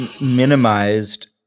minimized